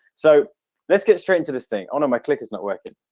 so let's get straight into this thing on. oh my clickers not working